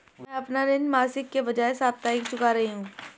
मैं अपना ऋण मासिक के बजाय साप्ताहिक चुका रही हूँ